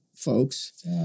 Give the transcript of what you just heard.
folks